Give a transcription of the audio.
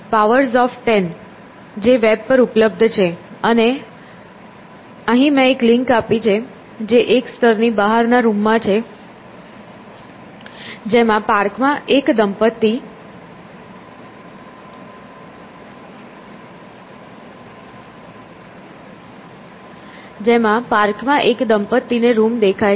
powers of ten જે web પર ઉપલબ્ધ છે અને અહીં મેં એક લિંક આપી છે જે એક સ્તરની બહારના રૂમમાં છે જેમાં પાર્કમાં એક દંપતિ ને રૂમ દેખાય છે